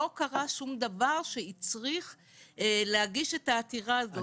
לא קרה שום דבר שהצריך להגיש את העתירה הזאת.